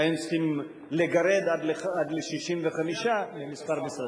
והיינו צריכים לגרד עד ל-65 מיליון מכמה משרדים.